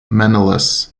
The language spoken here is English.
menelaus